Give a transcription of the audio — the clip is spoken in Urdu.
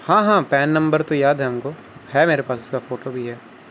ہاں ہاں پین نمبر تو یاد ہے ہم کو ہے میرے پاس اس کا فوٹو بھی ہے